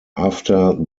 after